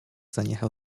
zaniechał